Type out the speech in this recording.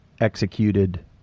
executed